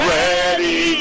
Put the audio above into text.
ready